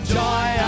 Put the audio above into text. joy